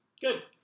Good